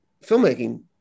filmmaking